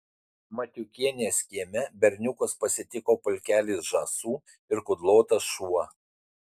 matiukienės kieme berniukus pasitiko pulkelis žąsų ir kudlotas šuo